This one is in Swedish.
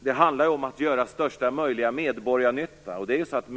Det handlar om att göra största möjliga medborgarnytta.